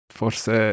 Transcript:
forse